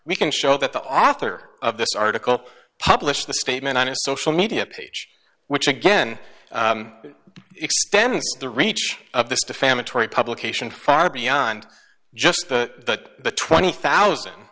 we can show that the author of this article published the statement on a social media page which again extend the reach of this defamatory publication far beyond just that twenty thousand